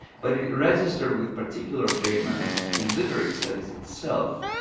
but it registered with particular vehemence in literary studies itself,